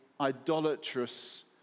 idolatrous